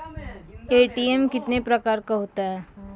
ATM कितने प्रकार का होता हैं?